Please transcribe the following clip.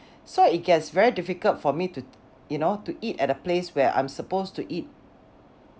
so it gets very difficult for me to you know to eat at a place where I'm supposed to eat